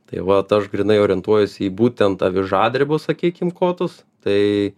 tai vat aš grynai orientuojuos į būtent avižadrebio sakykim kotus tai